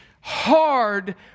hard